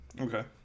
Okay